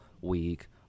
week